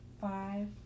Five